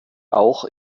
auch